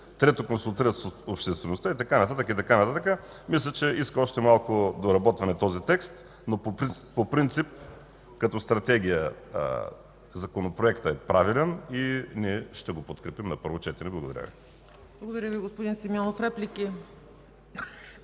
Трето, консултират обществеността и така нататък. Мисля, че иска още малко доработване този текст. По принцип като стратегия законопроектът е правилен и ние ще го подкрепим на първо четене. Благодаря Ви. ПРЕДСЕДАТЕЛ ЦЕЦКА ЦАЧЕВА: Благодаря Ви, господин Симеонов. Реплики?